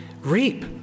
reap